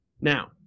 Now